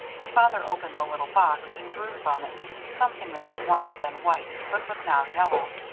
her father opened the little box and drew from it something that had once been white, but was now yellow.